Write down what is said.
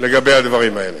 לגבי הדברים האלה.